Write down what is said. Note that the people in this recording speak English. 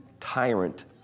tyrant